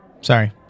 Sorry